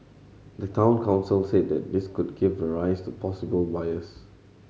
the Town Council said that this could give rise to a possible bias